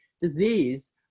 disease